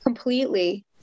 Completely